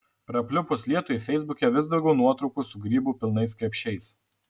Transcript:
prapliupus lietui feisbuke vis daugiau nuotraukų su grybų pilnais krepšiais